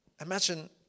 Imagine